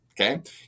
Okay